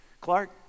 Clark